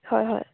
হয় হয়